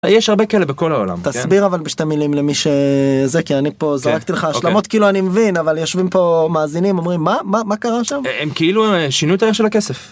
יש הרבה כאלה בכל העולם תסביר אבל בשתי מילים למי שזה כי אני פה זרקתי לך שלמות כאילו אני מבין אבל יושבים פה מאזינים אומרים מה מה מה קרה שם הם כאילו שינו את הערך הכסף.